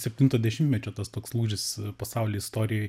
septinto dešimtmečio tas toks lūžis pasaulio istorijoj